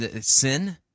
sin